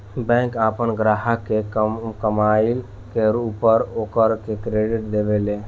bank आपन ग्राहक के कमईला के ऊपर ओकरा के क्रेडिट देवे ले